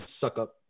suck-up